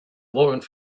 warrant